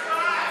הצבעה.